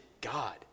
God